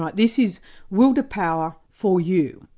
this is will to power for you.